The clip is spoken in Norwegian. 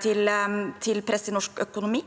til press i norsk økonomi.